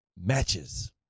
Matches